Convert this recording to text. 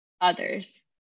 others